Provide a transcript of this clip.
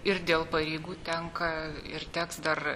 ir dėl pareigų tenka ir teks dar